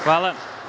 Hvala.